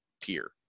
tier